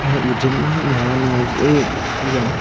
हँ उज्जैन में मेहमान नवाज़ी ई की जा